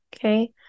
Okay